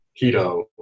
Keto